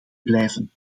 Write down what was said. blijven